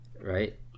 Right